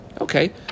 Okay